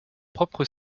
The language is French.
propre